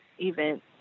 events